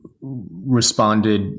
responded